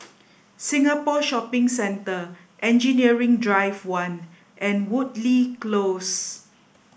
Singapore Shopping Centre Engineering Drive One and Woodleigh Close